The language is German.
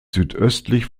südöstlich